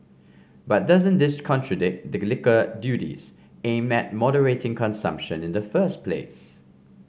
but doesn't this contradict the liquor duties aimed at moderating consumption in the first place